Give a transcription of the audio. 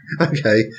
Okay